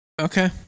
Okay